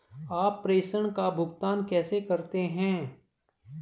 आप प्रेषण का भुगतान कैसे करते हैं?